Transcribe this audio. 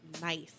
nice